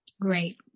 Great